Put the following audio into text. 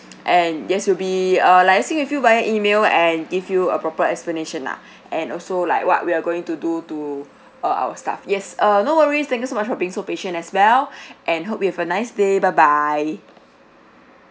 and yes we'll be uh liaising with you via E-mail and give you a proper explanation lah and also like what we are going to do to uh our stuff yes uh no worries thank you so much for being so patient as well and hope you have a nice day bye bye